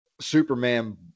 Superman